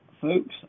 Folks